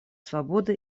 свободы